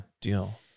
deal